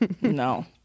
no